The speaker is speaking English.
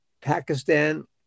Pakistan